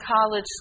college